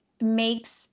makes